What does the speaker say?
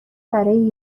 برای